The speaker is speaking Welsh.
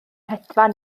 hedfan